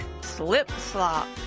slip-slop